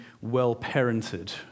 well-parented